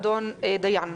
אדון דיין.